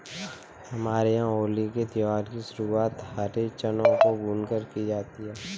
हमारे यहां होली के त्यौहार की शुरुआत हरे चनों को भूनकर की जाती है